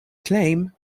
claim